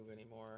anymore